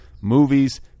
movies